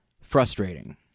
frustrating